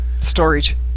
Storage